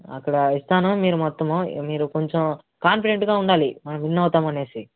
అక్కడ ఇస్తాను మీరు మొత్తము మీరు కొంచెం కాన్ఫిడెంట్గా ఉండాలి మనం విన్ అవుతాం అనేసి